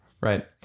Right